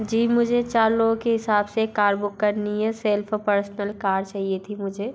जी मुझे चार लोगों के हिसाब से एक कार बुक करनी है सेल्फ पर्सनल कार चाहिए थी मुझे